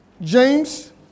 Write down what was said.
James